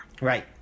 right